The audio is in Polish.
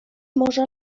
może